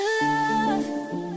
love